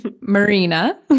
Marina